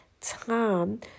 time